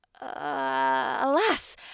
Alas